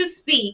speak